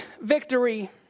victory